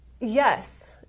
Yes